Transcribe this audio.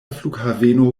flughaveno